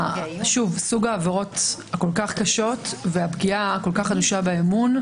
סוג העבירות כל כך קשות והפגיעה כה אנושה באמון,